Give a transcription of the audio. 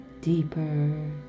deeper